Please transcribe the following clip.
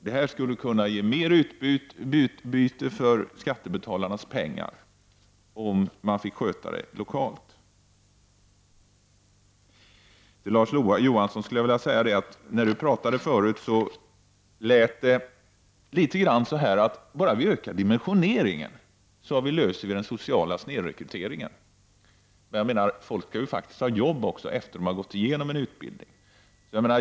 Det skulle ge mer utbyte för skattebetalarnas pengar om man fick sköta verksamheten lokalt. När Larz Johansson talade förut lät det som att bara vi ökar dimensioneringen har vi löst den sociala snedrekryteringen. Men folk skall ju faktiskt också ha jobb efter en genomgången utbildning.